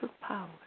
power